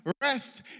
Rest